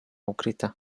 ukryta